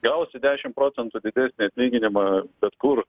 gausi dešimt procentų didesnį atlyginimą bet kur